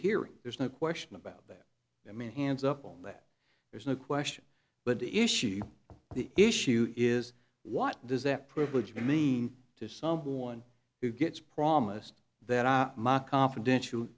hearing there's no question about that i mean hands up on that there's no question but the issue the issue is what does that privilege mean to someone who gets promised that i ma confidential